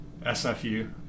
SFU